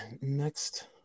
next